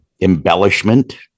embellishment